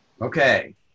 Okay